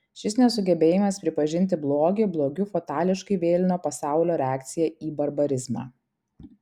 šis nesugebėjimas pripažinti blogį blogiu fatališkai vėlino pasaulio reakciją į barbarizmą